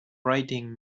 writing